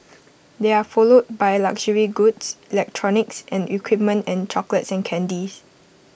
they are followed by luxury goods electronics and equipment and chocolates and candies